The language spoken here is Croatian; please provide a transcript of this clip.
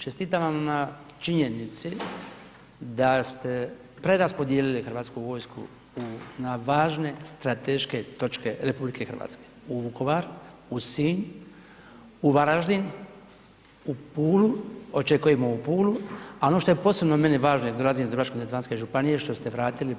Čestitam vam na činjenici da ste preraspodjelili Hrvatsku vojsku na važne strateške točke RH, u Vukovar, u Sinj, u Varaždin, u Pulu, očekujemo u Pulu a ono što je posebno meni važno jer dolazim iz Dubrovačko-neretvanske županije što ste vratili